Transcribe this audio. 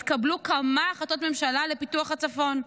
התקבלו כמה החלטות ממשלה לפיתוח הצפון,